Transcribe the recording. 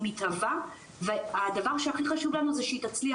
היא מתהווה והדבר שהכי חשוב לנו שהיא תצליח.